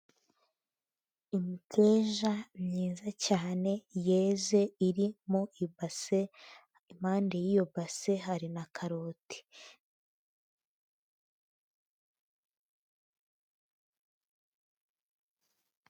Imiteja myiza cyane yeze iri mu i ibase, impande y'iyo base hari na karoti.